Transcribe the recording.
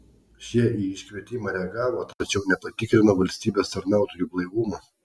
šie į iškvietimą reagavo tačiau nepatikrino valstybės tarnautojų blaivumo